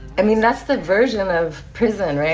i mean, that's the version of prison, right?